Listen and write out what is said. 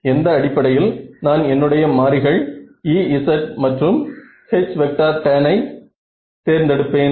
எந்த அடிப்படையில் நான் என்னுடைய மாறிகள் Ez மற்றும் Htan ஐ தேர்ந்தெடுப்பேன்